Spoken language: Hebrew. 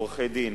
עורכי-דין,